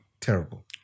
terrible